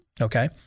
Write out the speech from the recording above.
Okay